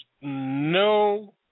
no